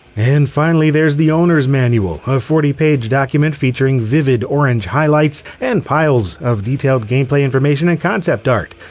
and finally there's the owner's manual, a forty page document featuring vivid orange highlights and piles of detailed gameplay information and concept art,